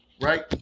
Right